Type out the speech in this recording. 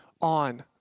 on